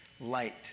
Light